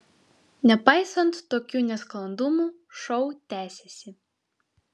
nepaisant tokių nesklandumų šou tęsėsi